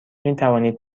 میتوانید